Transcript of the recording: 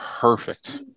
perfect